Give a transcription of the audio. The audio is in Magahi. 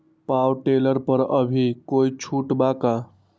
पाव टेलर पर अभी कोई छुट बा का?